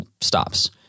stops